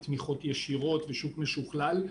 תמיכות ישירות ושוק משוכלל,